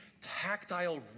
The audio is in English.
tactile